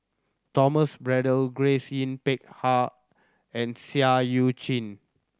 Thomas Braddell Grace Yin Peck Ha and Seah Eu Chin